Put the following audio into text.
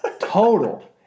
total